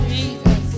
Jesus